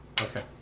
Okay